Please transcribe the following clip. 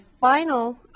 final